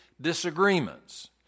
disagreements